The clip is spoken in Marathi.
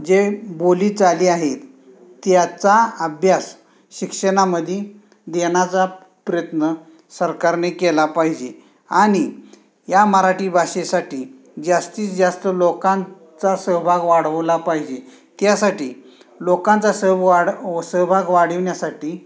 जे बोलीचाली आहेत त्याचा अभ्यास शिक्षणामध्ये देण्याचा प्रयत्न सरकारने केला पाहिजे आणि या मराठी भाषेसाठी जास्तीत जास्त लोकांचा सहभाग वाढवला पाहिजे त्यासाठी लोकांचा सहवाढ सहभाग वाढविण्यासाठी